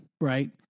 Right